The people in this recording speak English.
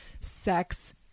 sex